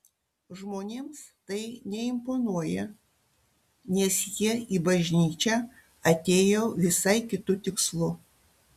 žmonėms tai neimponuoja nes jie į bažnyčią atėjo visai kitu tikslu